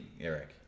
Eric